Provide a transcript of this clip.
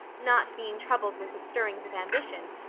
not being troubled with the stirrings of ambition,